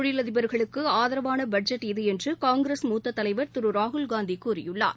தொழிலதிபர்களுக்கு ஆதரவான பட்ஜெட் இது என்று காங்கிரஸ் மூத்த தலைவர் திரு ராகுல்காந்தி கூறியுள்ளார்